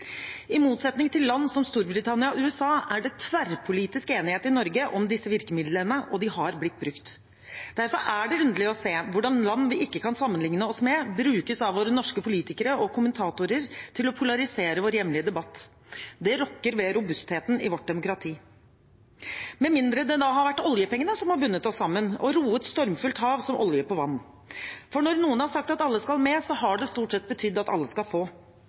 I motsetning til i land som Storbritannia og USA er det tverrpolitisk enighet i Norge om disse virkemidlene – og de er blitt brukt. Derfor er det underlig å se hvordan land vi ikke kan sammenligne oss med, brukes av våre norske politikere og kommentatorer til å polarisere vår hjemlige debatt. Det rokker ved robustheten i vårt demokrati. Med mindre det da har vært oljepengene som har bundet oss sammen, og roet stormfullt hav som olje på vann – for når noen har sagt at alle skal med, har det stort sett betydd at alle skal få.